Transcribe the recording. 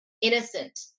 innocent